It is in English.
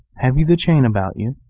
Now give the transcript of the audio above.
have you the chain about you?